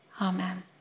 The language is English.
Amen